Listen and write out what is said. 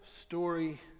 story